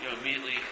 immediately